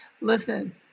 listen